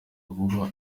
vuba